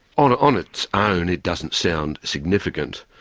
on on its own, it doesn't sound significant.